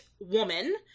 WOMAN